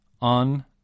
on